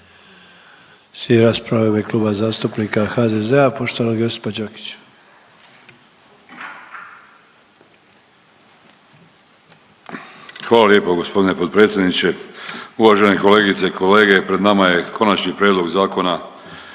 Hvala lijepo g. potpredsjedniče. Uvažene kolegice i kolege, pred nama je Konačni prijedlog Zakona